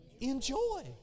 enjoy